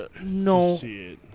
No